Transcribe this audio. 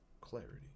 clarity